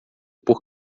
por